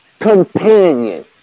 Companion